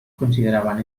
consideraban